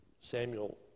Samuel